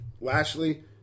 Lashley